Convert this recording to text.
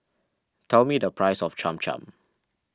tell me the price of Cham Cham